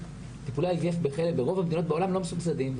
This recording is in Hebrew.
טיפולי IVF ברוב מדינות העולם לא מסובסדים.